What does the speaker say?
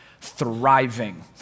thriving